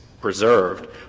preserved